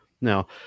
Now